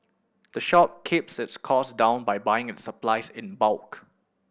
the shop keeps its costs down by buying its supplies in bulk